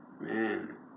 Man